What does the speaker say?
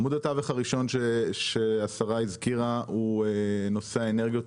עמוד התווך הראשון שהשרה הזכירה הוא נושא האנרגיות